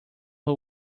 who